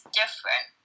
different